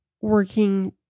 working